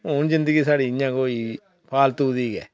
हून साढ़ी जिंदगी इ'यां गै होई फालतू दी गै